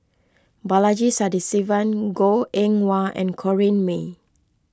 Balaji Sadasivan Goh Eng Wah and Corrinne May